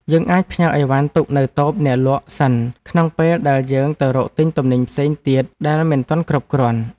យើងអាចផ្ញើអីវ៉ាន់ទុកនៅតូបអ្នកលក់សិនក្នុងពេលដែលយើងទៅរកទិញទំនិញផ្សេងទៀតដែលមិនទាន់គ្រប់គ្រាន់។